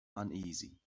uneasy